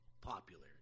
popular